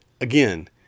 again